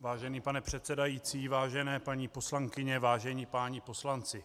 Vážený pane předsedající, vážené paní poslankyně, vážení páni poslanci,